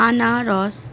আনারস